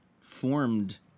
formed